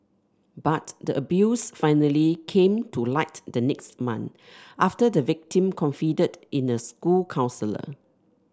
but the abuse finally came to light the next month after the victim confided in a school counsellor